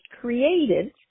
created